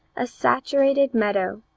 a saturated meadow,